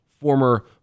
former